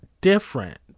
different